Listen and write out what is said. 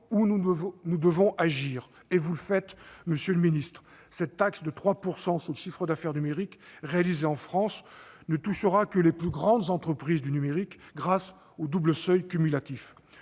et c'est ce que vous faites, monsieur le ministre. Cette taxe de 3 % sur le chiffre d'affaires numérique réalisé en France ne touchera que les plus grandes entreprises du numérique grâce au double seuil cumulatif.